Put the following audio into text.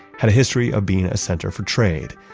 had a history of being a center for trade,